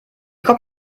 kommt